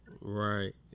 right